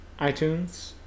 iTunes